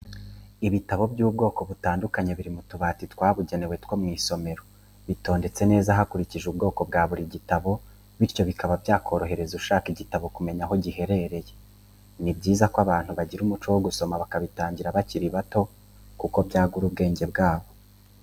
Ibitabo by'ubwoko butandukanye biri mu tubati twabugenewe two mu isomero, bitondetse neza hakurikijwe ubwo bwa buri gitabo bityo bikaba byakorohereza ushaka igitabo kumenya aho giherereye, ni byiza ko abantu bagira umuco wo gusoma bakabitangira bakiri bato kuko byagura ubwenge bwabo.